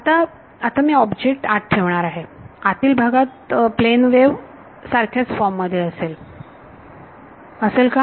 आता आता मी ऑब्जेक्ट आत ठेवणार आहे आतील भागात प्लेन वेव्ह सारख्याच फॉर्म मध्ये असेल का